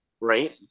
right